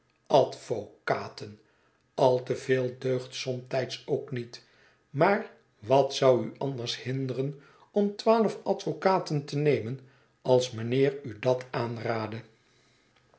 advocaten al te veel deugt somtijds ook niet maar wat zou u anders hinderen om twaalf advocaten te nemen als mijnheer u dat aanraadde